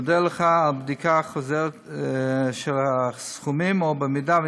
נודה לך על בדיקה חוזרת של הסכומים ואם אפשר